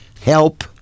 help